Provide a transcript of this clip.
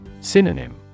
Synonym